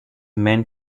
men